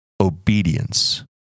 Obedience